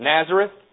Nazareth